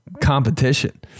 competition